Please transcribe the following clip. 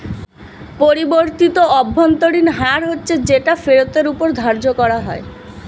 পরিবর্তিত অভ্যন্তরীণ হার হচ্ছে যেটা ফেরতের ওপর ধার্য করা হয়